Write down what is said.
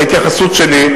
ההתייחסות שלי,